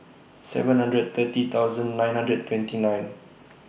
seven hundred thirty thousand nine hundred and twenty nine